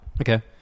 Okay